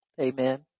Amen